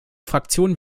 fraktion